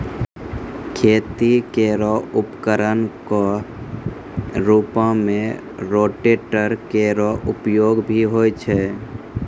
खेती केरो उपकरण क रूपों में रोटेटर केरो उपयोग भी होय छै